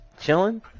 chilling